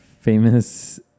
famous